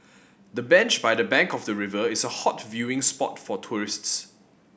the bench by the bank of the river is a hot viewing spot for tourists